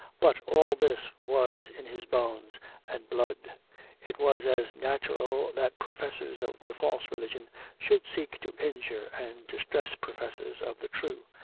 but all this was in his bones and blood it was as natural that professors of the false religion should seek to injure and distress professors of the true,